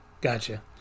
Gotcha